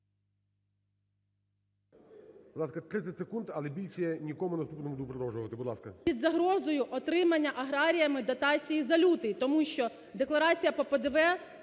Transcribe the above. Під загрозою отримання аграріями дотацій за лютий тому що декларація по ПДВ